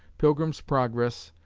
pilgrim's progress,